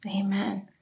Amen